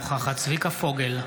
צביקה פוגל,